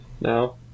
now